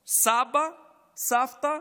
סבא, סבתא,